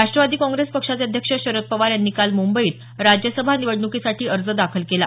राष्ट्रवादी काँग्रेस पक्षाचे अध्यक्ष शरद पवार यांनी काल मुंबईत राज्यसभा निवडणुकीसाठी अर्ज दाखल केला